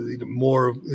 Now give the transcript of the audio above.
more